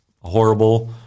horrible